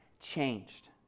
changed